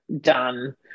done